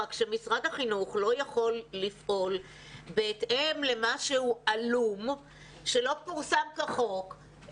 אבל משרד החינוך לא יכול לפעול בהתאם למשהו עלום שלא פורסם כחוק,